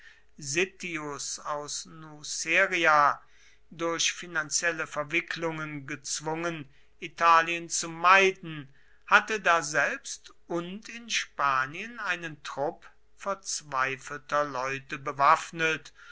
sittius aus nuceria durch finanzielle verwicklungen gezwungen italien zu meiden hatte daselbst und in spanien einen trupp verzweifelter leute bewaffnet